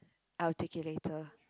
I'll take it later